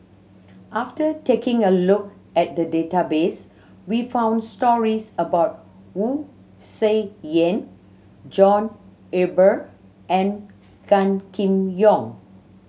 after taking a look at the database we found stories about Wu Tsai Yen John Eber and Gan Kim Yong